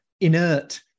inert